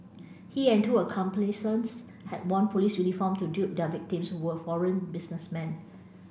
he and two accomplices had worn police uniform to dupe their victims who were foreign businessmen